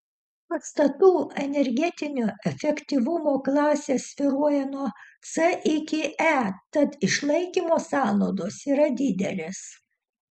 pastatų energetinio efektyvumo klasės svyruoja nuo c iki e tad išlaikymo sąnaudos yra didelės